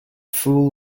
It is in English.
fool